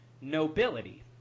nobility